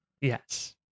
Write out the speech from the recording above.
yes